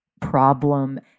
problem